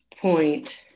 point